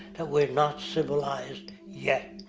that we're not civilized yet.